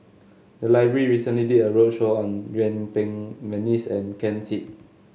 the library recently did a roadshow on Yuen Peng McNeice and Ken Seet